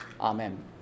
Amen